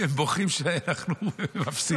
והם בוכים שאנחנו מפסידים.